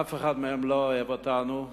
אף אחד מהם לא אוהב אותנו,